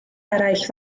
eraill